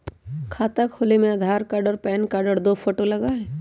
खाता खोले में आधार कार्ड और पेन कार्ड और दो फोटो लगहई?